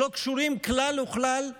שלא קשורים כלל וכלל ללחימה.